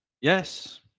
Yes